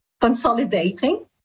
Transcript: consolidating